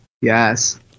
Yes